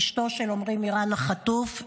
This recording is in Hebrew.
אשתו של עמרי מירן החטוף,